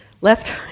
left